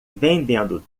vendendo